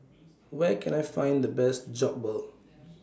Where Can I Find The Best Jokbal